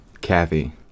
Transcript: Kathy